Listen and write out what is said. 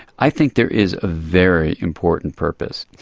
i think there is a very important purpose.